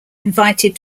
invited